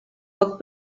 poc